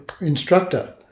instructor